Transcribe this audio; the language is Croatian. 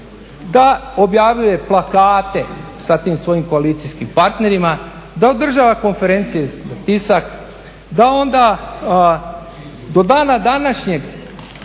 da objavljuje plakate sa tim svojim koalicijskim partnerima, da održava konferencije za tisak, da onda do dana današnjeg